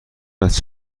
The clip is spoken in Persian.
است